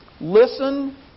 Listen